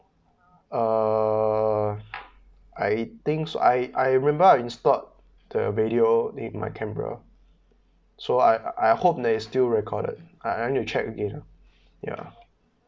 uh I think so I I remembered I installed the radio in my camera so I I I hope there still recorded I I need to check again uh ya um